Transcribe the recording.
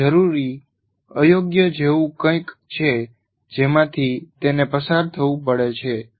તે જરૂરી અયોગ્ય જેવું કંઈક છે જેમાંથી તેને પસાર થવું પડે છે